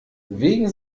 wegen